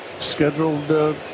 Scheduled